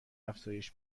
افزایش